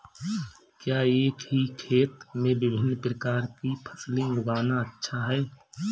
क्या एक ही खेत में विभिन्न प्रकार की फसलें उगाना अच्छा है?